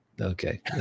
Okay